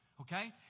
Okay